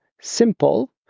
simple